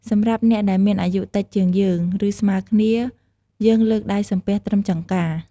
សម្រាប់អ្នកដែលមានអាយុតិចជាងយើង ឬស្មើគ្នា យើងលើកដៃសំពះត្រឹមចង្កា។